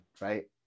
Right